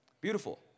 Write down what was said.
Beautiful